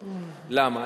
למה?